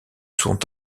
sont